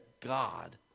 God